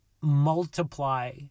multiply